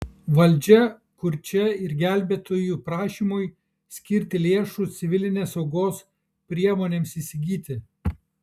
valdžia kurčia ir gelbėtojų prašymui skirti lėšų civilinės saugos priemonėms įsigyti